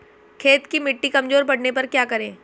खेत की मिटी कमजोर पड़ने पर क्या करें?